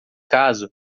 caso